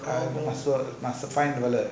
five dollar